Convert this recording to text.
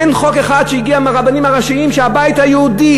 אין חוק אחד שהגיע מהרבנים הראשיים שהבית היהודי